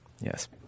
Yes